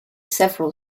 several